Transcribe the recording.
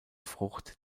frucht